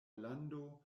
lando